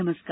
नमस्कार